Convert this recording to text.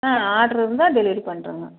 ஆ order இருந்தால் delivery பண்றோங்க